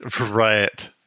Right